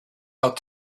out